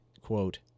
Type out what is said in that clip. quote